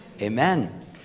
amen